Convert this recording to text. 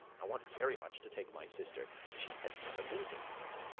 i want very much to take my sister she has never been to england.